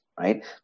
right